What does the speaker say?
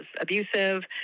abusive